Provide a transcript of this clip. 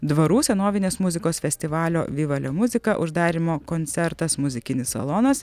dvarų senovinės muzikos festivalio viva le muzika uždarymo koncertas muzikinis salonas